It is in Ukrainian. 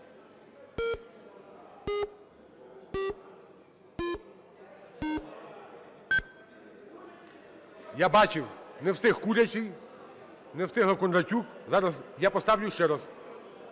Я бачив, не встиг Курячий, не встигла Кондратюк. Зараз я поставлю ще раз.